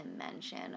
dimension